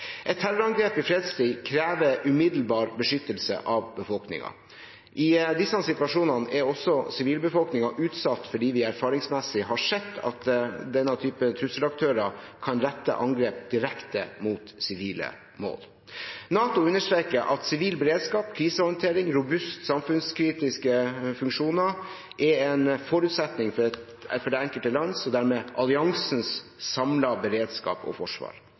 Et terrorangrep i fredstid krever umiddelbar beskyttelse av befolkningen. I disse situasjonene er også sivilbefolkningen utsatt fordi vi erfaringsmessig har sett at denne type trusselaktører kan rette angrep direkte mot sivile mål. NATO understreker at sivil beredskap, krisehåndtering og robuste samfunnskritiske funksjoner er en forutsetning for det enkelte lands og dermed alliansens samlede beredskap og forsvar.